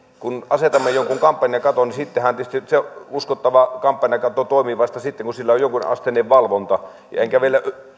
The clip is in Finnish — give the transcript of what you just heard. kun asetamme jonkun kampanjakaton niin se uskottava kampanjakatto toimii tietysti vasta sitten kun sillä on jonkunasteinen valvonta enkä vielä